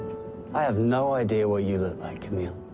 i have no idea what you look like, camille.